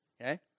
Okay